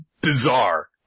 bizarre